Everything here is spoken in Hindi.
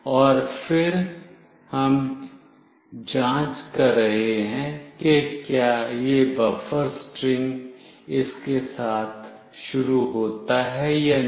और फिर हम जांच कर रहे हैं कि क्या यह बफर स्ट्रिंग इसके साथ शुरू होता है या नहीं